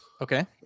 Okay